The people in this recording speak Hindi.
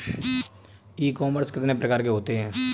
ई कॉमर्स कितने प्रकार के होते हैं?